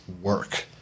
work